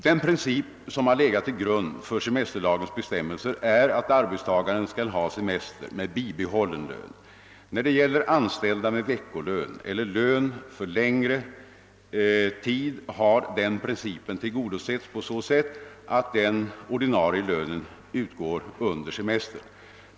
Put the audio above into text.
Den princip som har legat till grund för semesterlagens bestämmelser är att arbetstagaren skall ha semester med bibehållen lön. När det gäller anställda med veckolön eller lön för längre tid har den principen tillgodosetts på så sätt att den ordinarie lönen utgår under semestern.